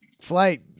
flight